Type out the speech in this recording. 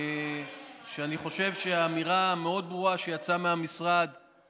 ואני חושב שהאמירה שיצאה מהמשרד ברורה מאוד: